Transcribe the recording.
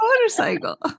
motorcycle